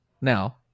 now